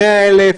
100,000?